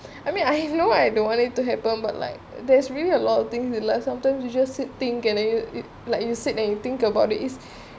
I mean I know I don't want it to happen but like there's really a lot of thing we loved sometimes you just sitting and like you said that you think about it is